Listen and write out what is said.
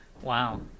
Wow